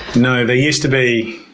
no, there used to be.